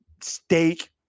steak